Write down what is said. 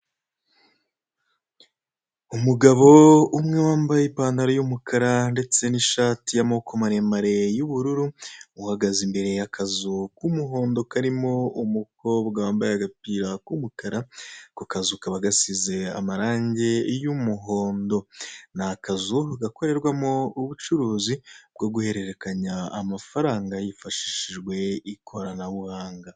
Umugabo umwe wambaye ipantaro y'umukara ndetse n'ishati y'amaboko maremare y'ubururu, uhagaze imbere y'akazu k'umuhondo karimo umukobwa wambaye agapira k'umukara. Ako kazu kakaba gasize amarangi y'umuhondo. Ni akazu gakorerwamo ubucuruzi bwo guhererekanya amafaranga hifashishijwe ikoranabuhanga.